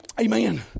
Amen